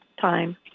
time